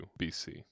BC